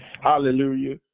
hallelujah